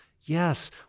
Yes